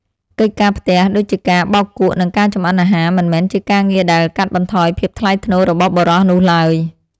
កិច្ចការផ្ទះដូចជាការបោកគក់និងការចម្អិនអាហារមិនមែនជាការងារដែលកាត់បន្ថយភាពថ្លៃថ្នូររបស់បុរសនោះឡើយ។